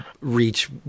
reach